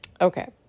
Okay